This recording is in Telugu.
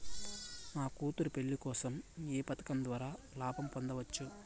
నా కూతురు పెళ్లి కోసం ఏ పథకం ద్వారా లాభం పొందవచ్చు?